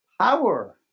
Power